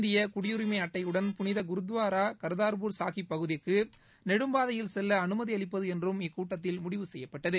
இந்திய குடியுரிமை அட்டையுடன் புனித குர்துவாரா கர்தார்பூர் சாஹிப் பகுதிக்கு நெடும்பாதையில் செல்ல அனுமதி அளிப்பது என்றும் இக்கூட்டத்தில் முடிவு செய்யப்பட்டது